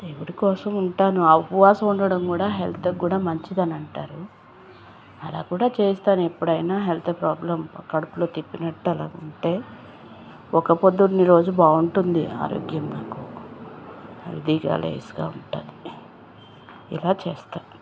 దేవుడి కోసం ఉంటాను ఆ ఉపవాసం ఉండడం కూడా హెల్త్కి కూడా మంచిది అని అంటారు అలా కూడా చేస్తాను ఎప్పుడైనా హెల్త్ ప్రాబ్లం కడుపులో తిప్పినట్టు అలా ఉంటే ఒక్కపొద్దున్న రోజు బాగుంటుంది ఆరోగ్యం నాకు హెల్తీగా లేస్గా ఉంటుంది ఇలా చేస్తాను